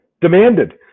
demanded